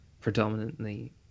predominantly